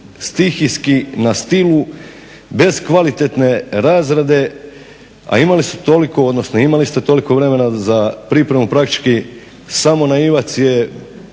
stihijski na stilu bez kvalitetne razrade a imali ste toliko vremena z pripremu praktički, samo naivac je